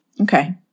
Okay